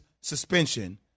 suspension